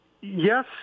Yes